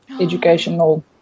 educational